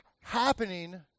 happening